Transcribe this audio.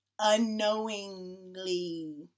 unknowingly